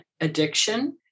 addiction